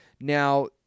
Now